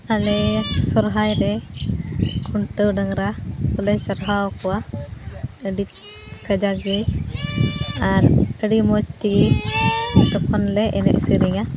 ᱟᱞᱮ ᱥᱚᱨᱦᱟᱭᱨᱮ ᱠᱷᱩᱱᱴᱟᱹᱣ ᱰᱟᱝᱜᱽᱨᱟ ᱠᱚᱞᱮ ᱪᱟᱨᱦᱟᱣ ᱠᱚᱣᱟ ᱟᱹᱰᱤ ᱠᱟᱡᱟᱜ ᱜᱮ ᱟᱨ ᱟᱹᱰᱤ ᱢᱚᱡᱽᱛᱮᱜᱮ ᱛᱚᱠᱷᱚᱱᱞᱮ ᱮᱱᱮᱡᱼᱥᱮᱨᱮᱧᱟ